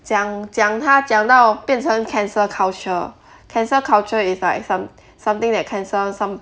讲讲他讲到变成 cancel culture cancel culture is like some something that cancel some